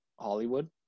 Hollywood